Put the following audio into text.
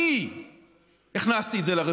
אני הכנסתי את זה לרפורמה,